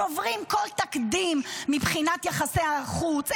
שוברים כל תקדים מבחינת יחסי החוץ,